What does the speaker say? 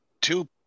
two